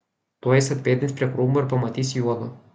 tuoj jis atpėdins prie krūmo ir pamatys juodu